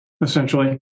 essentially